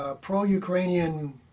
Pro-Ukrainian